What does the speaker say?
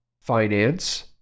finance